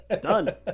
done